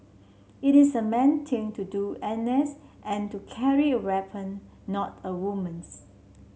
it's a man's thing to do N S and to carry a weapon not a woman's